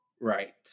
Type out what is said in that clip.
right